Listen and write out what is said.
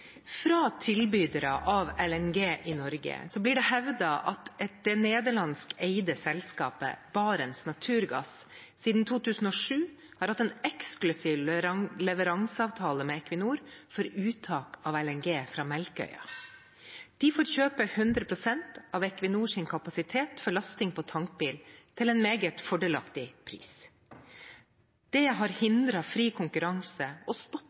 tilbydere av LNG i Norge blir det hevdet at det nederlandskeide selskapet Barents Naturgass siden 2007 har hatt en eksklusiv avtale med Equinor for uttak av LNG fra Melkøya. De får kjøpe 100 pst. av Equinors kapasitet for lasting på tankbil til en meget fordelaktig pris. Dette har hindret fri konkurranse og